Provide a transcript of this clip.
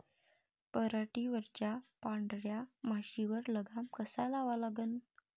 पराटीवरच्या पांढऱ्या माशीवर लगाम कसा लावा लागन?